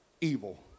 evil